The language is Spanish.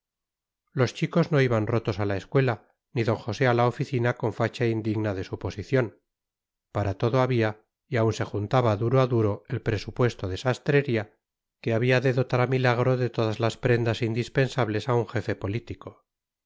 los chicos no iban rotos a la escuela ni d josé a la oficina con facha indigna de su posición para todo había y aun se juntaba duro a duro el presupuesto de sastrería que había de dotar a milagro de todas las prendas indispensables a un jefe político